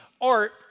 art